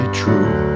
true